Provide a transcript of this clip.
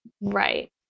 Right